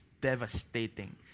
devastating